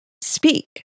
speak